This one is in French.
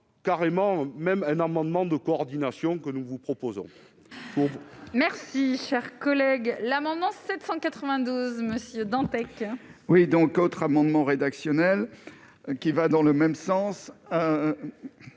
carrément même un amendement de coordination que nous vous proposons. Merci, cher collègue, l'amendement 792 Monsieur Dantec. Oui, donc autre amendement rédactionnel qui va dans le même sens,